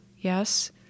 Yes